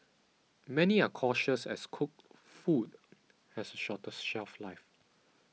many are cautious as cooked food has a shorter shelf life